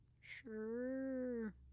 Sure